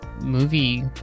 movie